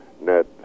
net